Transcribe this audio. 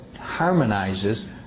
harmonizes